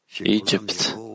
Egypt